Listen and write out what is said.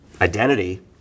identity